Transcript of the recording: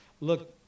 look